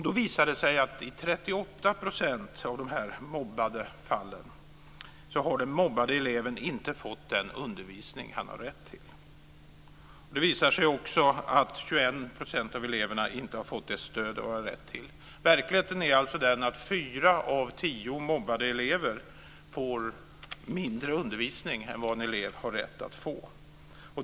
Det visade sig att i 38 % av mobbningsfallen har den mobbade eleven inte fått den undervisning som hon eller han har rätt till. Det visade sig också att 21 % av eleverna inte har fått det stöd de har rätt till. Verkligheten är alltså att fyra av tio mobbade elever får mindre undervisning än vad en elev har rätt att få.